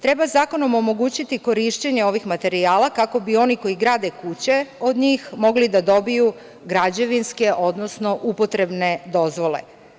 Treba zakonom omogućiti korišćenje ovih materijala kako bi oni koji grade kuće od njih mogli da dobiju građevinske, odnosno upotrebne dozvole.